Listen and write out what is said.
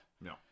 No